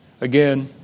Again